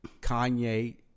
Kanye